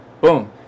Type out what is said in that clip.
Boom